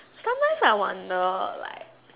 sometimes I wonder like